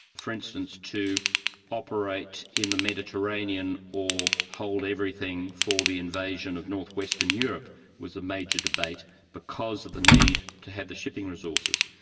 for instance to operate in the mediterranean or hold everything for the invasion of north-western europe was a major debate because of the need to have the shipping resources.